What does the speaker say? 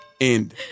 End